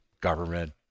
government